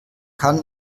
kann